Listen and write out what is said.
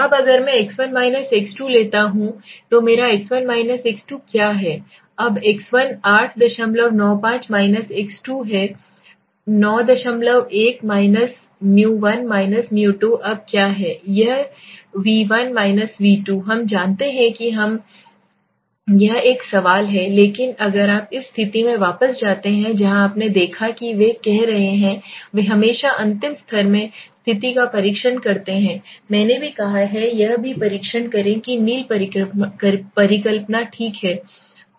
अब अगर मैं X1 x2 लेता हूं तो मेरा X1 x2 क्या है अब X1 895 x2 है 91 91 µ1 µ2अब क्या है यहwe1 we2हम जानते हैं कि हम जानते हैं या नहीं एक सवाल है लेकिन अगर आप इस स्थिति में वापस जाते हैं जहां आपने देखा कि वे कह रहे हैं वे हमेशा अंतिम सत्र में स्थिति का परीक्षण करते हैं मैंने भी कहा है यह भी परीक्षण करें कि नील परिकल्पना ठीक है